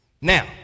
Now